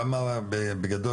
בגדול,